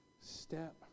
step